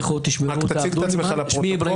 רק תציג את עצמך לפרוטוקול.